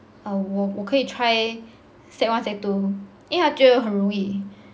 err 我我可以 try sec one sec two 因为他觉得很容易